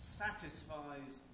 satisfies